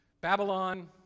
Babylon